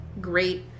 great